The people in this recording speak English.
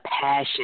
passion